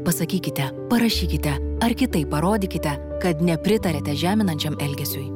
pasakykite parašykite ar kitaip parodykite kad nepritariate žeminančiam elgesiui